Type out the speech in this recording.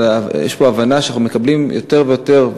אלא יש פה הבנה שאנחנו מקבלים יותר ויותר,